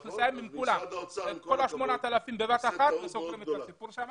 צריך להעלות את כל ה-8,000 בבת אחת ואז סוגרים את הנושא שם